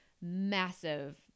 massive